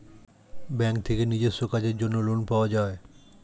bank থেকে নিজস্ব কাজের জন্য লোন পাওয়া যায়